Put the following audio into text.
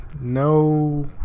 No